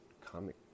comic